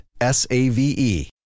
S-A-V-E